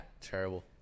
Terrible